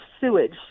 sewage